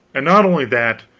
and not only that,